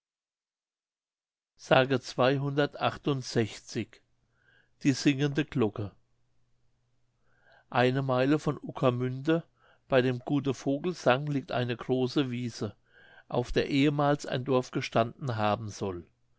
mündlich die singende glocke eine meile von uekermünde bei dem gute vogelsang liegt eine große wiese auf der ehemals ein dorf gestanden haben soll